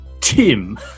Tim